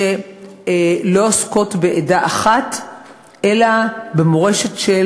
שלא עוסקות בעדה אחת אלא במורשת של